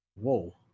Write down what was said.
Whoa